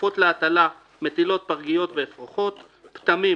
"עופות להטלה" מטילות, פרגיות ואפרוחות, "פטמים"